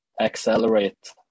accelerate